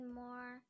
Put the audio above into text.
more